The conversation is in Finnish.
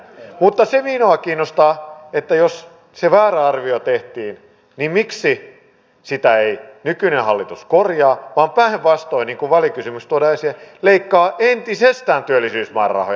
mutta se minua kiinnostaa että jos se väärä arvio tehtiin miksi sitä ei nykyinen hallitus korjaa vaan päinvastoin niin kuin välikysymyksessä tuotiin esille leikkaa entisestään työllisyysmäärärahoja